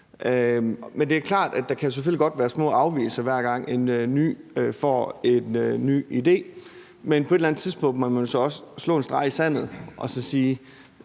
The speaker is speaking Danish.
Men det er klart, at der selvfølgelig godt kan være små afvigelser, hver gang en ny får en ny idé. Men på et eller andet tidspunkt må man også slå en streg i sandet og så sige: